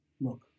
look